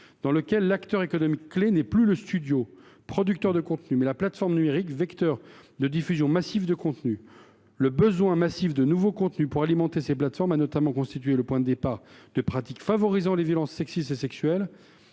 pornographie. L’acteur économique clef n’est plus le studio, producteur de contenu, mais la plateforme numérique, vectrice de diffusion massive de contenus. Le besoin massif de nouveaux contenus pour alimenter ces plateformes a notamment constitué le point de départ de pratiques favorisant les violences sexistes et sexuelles